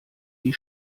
die